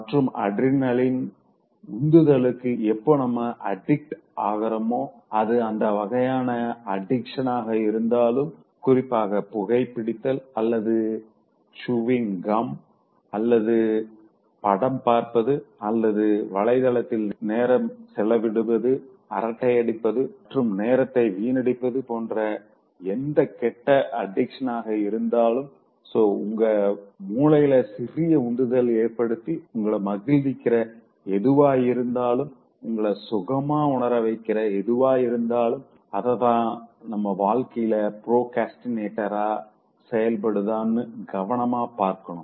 மற்றும் அட்ரினலின் உந்துதலுக்கு எப்போ நம்ம அடிக்ட் ஆகறோமோ அது எந்த வகையான அடிக்சனாக இருந்தாலும் குறிப்பாக புகை பிடித்தல் அல்லது ச்சூவிங் கம் அல்லது படம் பார்ப்பது அல்லது வலைதளத்தில் நேரம் செலவிடுவது அரட்டை அடிப்பது மற்றும் நேரத்தை வீணடிப்பது போன்ற எந்த கெட்ட அடிக்சனாக இருந்தாலும் சோ உங்க முலைல சிறிய உந்துதல ஏற்படுத்தி உங்கள மகிழ்விக்கற எதுவாயிருந்தாலும் உங்கள சுகமா உணர வைக்கிற எதுவாயிருந்தாலும் அதுதா நம்ம வாழ்க்கையில ப்ரோக்ரஸ்டினேஷ்னரா செயல்படுதானு கவனமா பார்க்கணும்